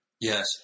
yes